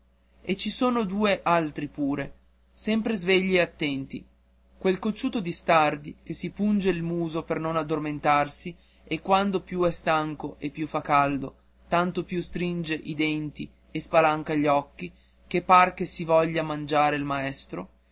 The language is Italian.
e ci sono due altri pure sempre svegli e attenti quel cocciuto di stardi che si punge il muso per non addormentarsi e quanto più è stanco e fa caldo e tanto più stringe i denti e spalanca gli occhi che par che si voglia mangiare il maestro